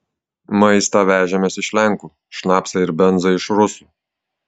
maistą vežamės iš lenkų šnapsą ir benzą iš rusų